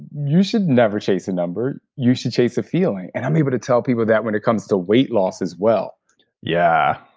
you should never chase a number you should chase a feeling. and i'm able to tell people that when it comes to weight loss, as well yeah,